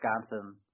Wisconsin